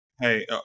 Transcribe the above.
Hey